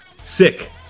Sick